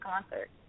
concert